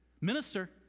Minister